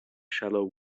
shallow